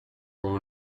role